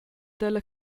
dalla